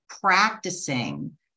practicing